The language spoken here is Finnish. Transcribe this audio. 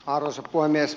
arvoisa puhemies